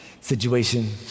situation